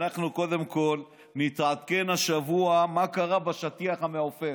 אנחנו קודם כול נתעדכן השבוע מה קרה בשטיח המעופף,